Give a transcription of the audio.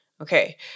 Okay